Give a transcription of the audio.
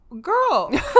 girl